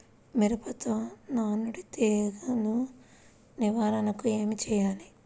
మిరపలో నానుడి తెగులు నివారణకు ఏమి చేయాలి?